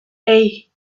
hey